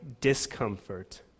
discomfort